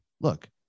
look